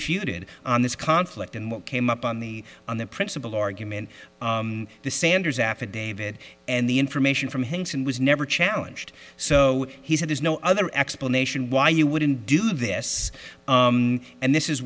ed on this conflict and what came up on the on the principal argument the sanders affidavit and the information from hints and was never challenged so he said there's no other explanation why you wouldn't do this and this is